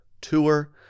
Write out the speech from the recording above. tour